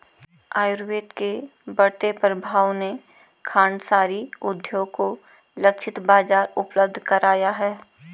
आयुर्वेद के बढ़ते प्रभाव ने खांडसारी उद्योग को लक्षित बाजार उपलब्ध कराया है